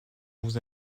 vous